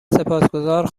سپاسگذار